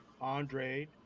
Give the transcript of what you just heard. Andre